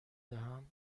دهم